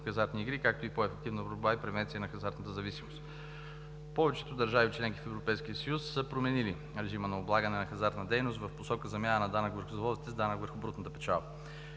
в хазартни игри, както и по-ефективна борба и превенция на хазартната зависимост. Повечето държави – членки на Европейския съюз, са променили режима на облагане на хазартна дейност в посока замяна на данъка върху залозите с данък върху брутната печалба.